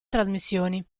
trasmissioni